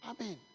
Amen